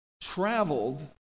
traveled